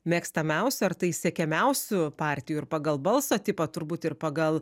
mėgstamiausių ar tai siekiamiausių partijų ir pagal balso tipą turbūt ir pagal